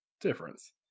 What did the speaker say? difference